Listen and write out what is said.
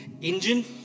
Engine